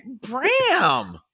bram